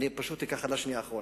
אני פשוט אקח עד לשנייה האחרונה,